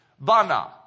bana